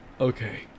Okay